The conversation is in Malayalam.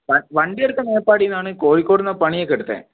അ വണ്ടിയെടുത്തത് മേപ്പാടിന്നാണ് കോഴിക്കോടിന്നാണ് പണിയൊക്കെ എടുത്തത്